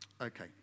Okay